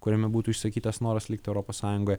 kuriame būtų išsakytas noras likti europos sąjungoje